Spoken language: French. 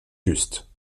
juste